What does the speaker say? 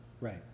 right